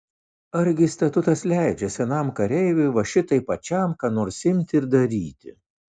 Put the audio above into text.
argi statutas leidžia senam kareiviui va šitaip pačiam ką nors imti ir daryti